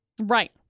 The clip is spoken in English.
Right